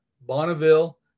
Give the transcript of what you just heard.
Bonneville